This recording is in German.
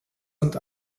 und